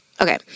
Okay